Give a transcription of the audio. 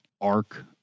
arc